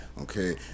okay